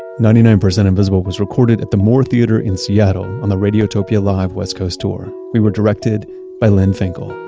ninety nine percent invisible was recorded at the moore theater in seattle on the radiotopia live west coast tour. we were directed by lynn finkel,